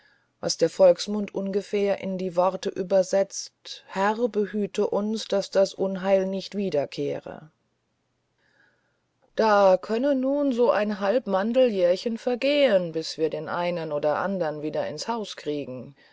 was der volksmund ungefähr in die worte übersetzt herr behüte uns daß das unheil nicht wiederkehre da können nun so ein halb mandel jährchen vergehen bis wir den einen oder den anderen wieder ins haus kriegen